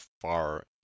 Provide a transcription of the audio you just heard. far